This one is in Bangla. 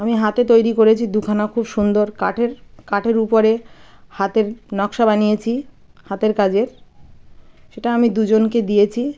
আমি হাতে তৈরি করেছি দুখানা খুব সুন্দর কাঠের কাঠের উপরে হাতের নকশা বানিয়েছি হাতের কাজের সেটা আমি দুজনকে দিয়েছি